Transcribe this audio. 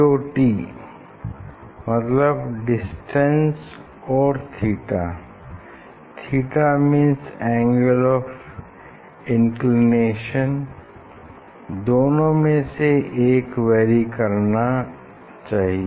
DOT मतलब distance or theta theta means angle of inclination दोनों में से एक वैरी करना चाहिए